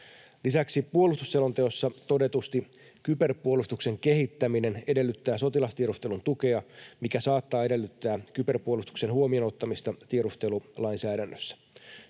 Lisäksi puolustusselonteossa todetusti kyberpuolustuksen kehittäminen edellyttää sotilastiedustelun tukea, mikä saattaa edellyttää kyberpuolustuksen huomioon ottamista tiedustelulainsäädännössä.